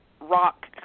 rock